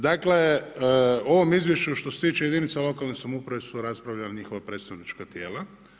Dakle, u ovom izvješću, što se tiče jedinice lokalne samouprave su raspravljali njihova predstavnička tijela.